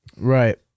Right